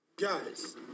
Guys